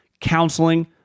counseling